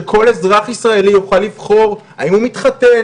כדי שכל אזרח ישראלי יוכל לבחור האם הוא מתחתן